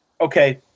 okay